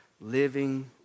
living